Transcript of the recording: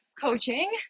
coaching